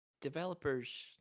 developers